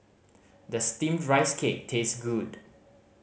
does Steamed Rice Cake taste good